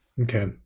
Okay